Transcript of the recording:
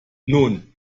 nun